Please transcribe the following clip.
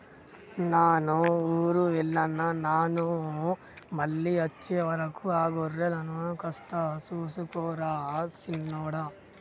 నాను ఊరు వెళ్తున్న నాను మళ్ళీ అచ్చే వరకు ఆ గొర్రెలను కాస్త సూసుకో రా సిన్నోడా